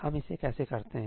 हम इसे कैसे करते हैं